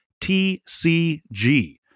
tcg